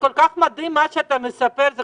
מה שאתה מתאר כל כך מדהים,